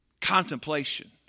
contemplation